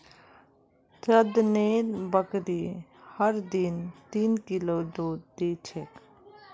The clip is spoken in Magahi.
चंदनेर बकरी हर दिन तीन किलो दूध दी छेक